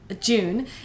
June